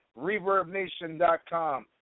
ReverbNation.com